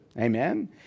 Amen